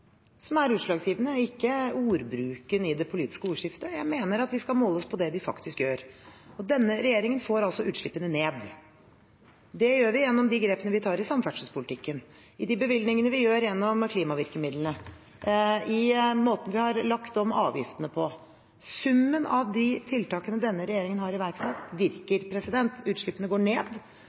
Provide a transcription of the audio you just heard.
som er utslagsgivende, ikke ordbruken i det politiske ordskiftet. Jeg mener at vi skal måle oss på det vi faktisk gjør, og denne regjeringen får altså utslippene ned. Det gjør vi gjennom de grepene vi tar i samferdselspolitikken, gjennom de bevilgningene vi har gjennom klimavirkemidlene, gjennom måten vi har lagt om avgiftene på. Summen av de tiltakene denne regjeringen har iverksatt, virker. Utslippene går ned.